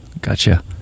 Gotcha